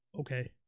okay